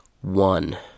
One